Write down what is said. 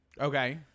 Okay